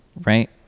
right